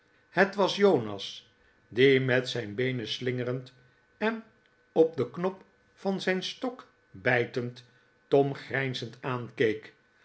het was jonas die met zijn beenen slingerend en op den knop van zijn stok bijtend tom grijnzend aankeek